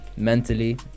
mentally